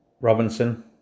Robinson